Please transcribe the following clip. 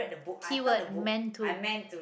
keyword meant to